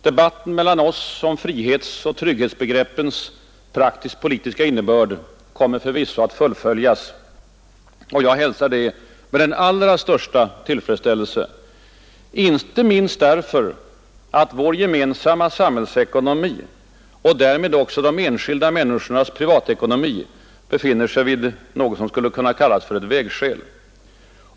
Debatten mellan oss och socialdemokraterna om frihetsoch trygghetsbegreppens praktiska politiska innebörd kommer förvisso att fullföljas. Jag hälsar det med den allra största tillfredsställelse, inte minst därför att vår gemensamma samhällsekonomi — och därmed de enskilda människornas privatekonomi — befinner sig vid något som skulle kunna kallas ett vägskäl.